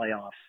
playoffs